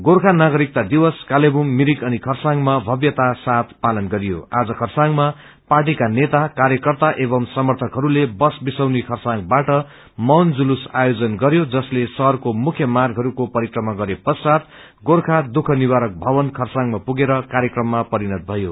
गोर्खा नागरिकता दिवस कालगबुङ मिरिक अनि खरसाङमा पार्टीका नेता कार्यकर्ता एवं समर्थकहरूले बस विसौनी खरसाङबाट मौन जुलुस आयोजन गरयो जसले शहरको मुख्य मार्गहरूको परिक्रमा गरे पश्चात गोचख्य दुःख निवारक भवन खरसाङमा पुगेर कार्यक्रममा परिणत भयो